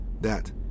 that